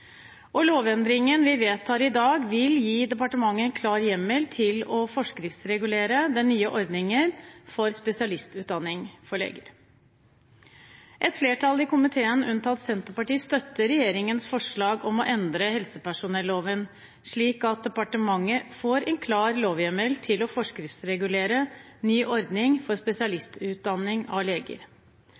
Lovendringen vi vedtar i dag, vil gi departementet en klar hjemmel til å forskriftsregulere den nye ordningen for spesialistutdanning for leger. Et flertall i komiteen, unntatt Senterpartiet, støtter regjeringens forslag om å endre helsepersonelloven slik at departementet får en klar lovhjemmel til å forskriftsregulere ny ordning for spesialistutdanning av leger,